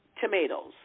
tomatoes